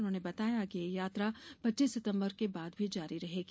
उन्होंने बताया कि यह यात्रा पच्चीस सितम्बर के बाद भी जारी रहेगी